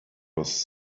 was